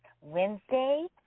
Wednesday